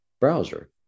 browser